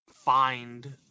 find